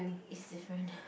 it is different